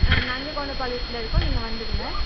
ஆ நஞ்சேகவுண்டன் பாளையத்தில் இருக்கோம் நீங்கள் வந்துவிடுங்க